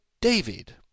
David